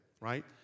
right